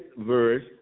verse